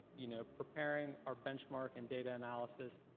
you know, preparing our benchmark and data analysis.